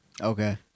okay